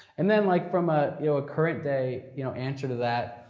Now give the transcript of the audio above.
and then like from ah you know a current day you know answer to that,